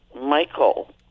Michael